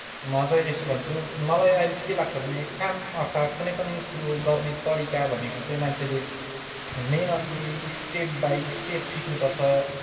म चाहिँ यसो भन्छु मलाई अहिले चाहिँ के लाग्छ भने काम अर्थात कुनै पनि कुरो गर्ने तरिका भनेको चाहिँ मान्छेले मेहनतले स्टेप बाई स्टेप सिक्नुपर्छ